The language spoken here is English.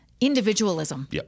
individualism